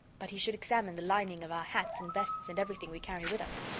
but he should examine the lining of our hats and vests and everything we carry with us.